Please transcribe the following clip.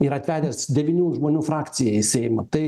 yra atvedęs devynių žmonių frakciją į seimą tai